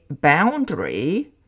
boundary